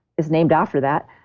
it's named after that.